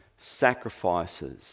sacrifices